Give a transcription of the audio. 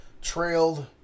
trailed